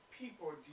people